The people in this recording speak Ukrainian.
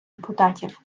депутатів